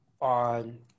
on